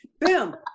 Boom